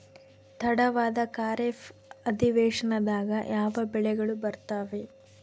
ತಡವಾದ ಖಾರೇಫ್ ಅಧಿವೇಶನದಾಗ ಯಾವ ಬೆಳೆಗಳು ಬರ್ತಾವೆ?